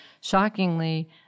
shockingly